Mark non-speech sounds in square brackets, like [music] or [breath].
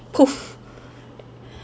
poof [breath]